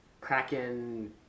Kraken